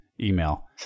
email